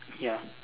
ya